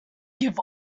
give